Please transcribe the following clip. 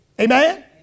Amen